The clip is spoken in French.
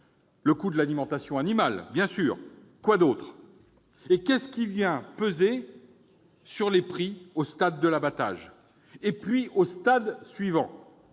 Le coût de l'alimentation animale, bien sûr ! Quoi d'autre ? Qu'est-ce qui vient peser sur les prix au stade de l'abattage ? Et aux stades suivants